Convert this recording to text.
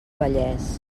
vallès